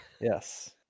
Yes